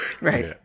Right